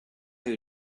who